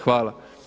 Hvala.